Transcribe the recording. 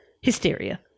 Hysteria